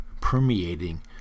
permeating